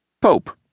Pope